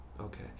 Okay